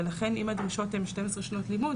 ולכן אם הדרישות הן שתיים עשרה שנות לימוד